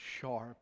sharp